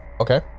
okay